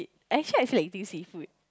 actually I feel like eating seafood